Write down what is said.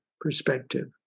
perspective